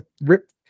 rip